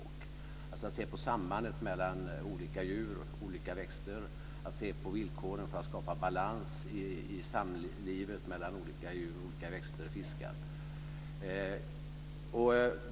Det gäller alltså att se på sambandet mellan olika djur och olika växter, att se på villkoren för att skapa balans i samlivet mellan olika växter och fiskar.